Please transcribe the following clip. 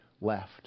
left